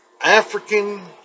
African